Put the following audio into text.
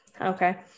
Okay